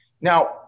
Now